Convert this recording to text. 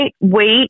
wait